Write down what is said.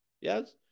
Yes